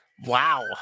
Wow